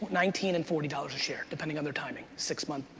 nineteen and forty dollars a share, depending on their timing. six month,